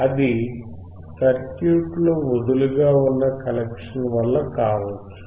అది సర్క్యూట్ లో వదులుగా ఉన్న కనెక్షన్ వల్ల కావచ్చు